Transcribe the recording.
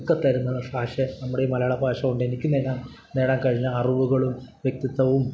ഒക്കെ തരുന്ന ഭാഷേ നമ്മുടെ ഈ മലയാള ഭാഷ കൊണ്ട് എനിക്കുതന്നെ നേടാൻ കഴിഞ്ഞ അറിവുകളും വ്യക്തിത്വവും